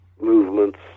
movements